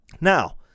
Now